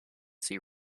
see